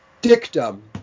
dictum